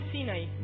Sinai